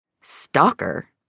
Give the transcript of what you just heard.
Stalker